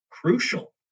crucial